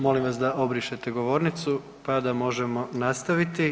Molim vas da obrišete govornicu pa da možemo nastaviti.